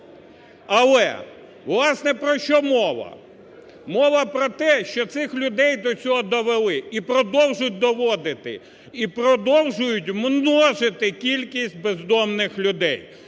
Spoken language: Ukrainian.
Але, власне, про що мова? Мова про те, що цих людей до цього довели і продовжують доводити, і продовжити множити кількість бездомних людей.